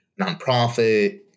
nonprofit